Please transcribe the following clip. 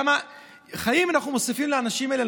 כמה חיים אנחנו מוסיפים לאנשים האלה,